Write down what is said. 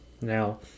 Now